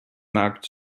market